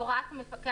הוראת המפקח,